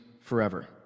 forever